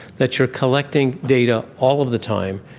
that you are collecting data all of the time,